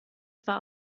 zwar